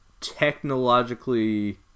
technologically